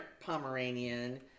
Pomeranian